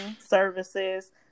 services